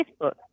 Facebook